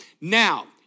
Now